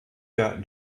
der